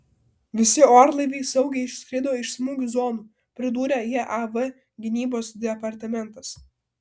visi orlaiviai saugiai išskrido iš smūgių zonų pridūrė jav gynybos departamentas